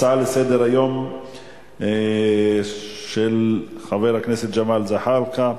הצעה לסדר-היום של חבר הכנסת ג'מאל זחאלקה,